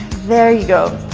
there you go!